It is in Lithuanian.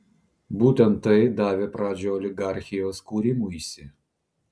būtent tai davė pradžią oligarchijos kūrimuisi